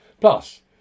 Plus